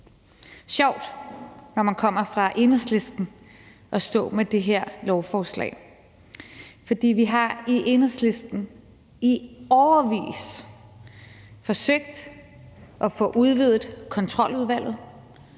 sjovt, når man kommer fra Enhedslisten, at stå med det her lovforslag, for vi har i Enhedslisten i årevis forsøgt at få udvidet Kontroludvalget,